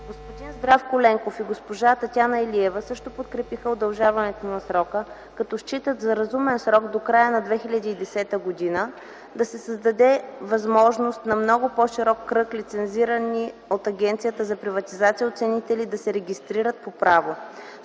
Господин Здравко Ленков и госпожа Татяна Илева също подкрепиха удължаването на срока, като считат за разумен срок – до края на 2010 г., да се създаде възможност на много по-широк кръг лицензирани от Агенцията за приватизация оценители да се регистрират по право.